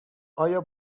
آیا